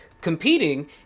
competing